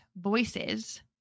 voices